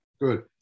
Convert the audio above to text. good